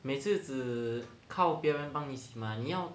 每次只靠别人帮你洗 mah 你要